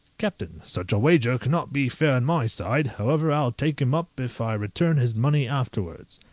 captain such a wager cannot be fair on my side however, i'll take him up, if i return his money afterwards.